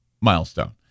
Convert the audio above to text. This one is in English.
milestone